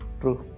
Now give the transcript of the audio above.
true